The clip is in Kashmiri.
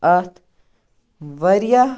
اَتھ واریاہ